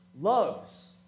loves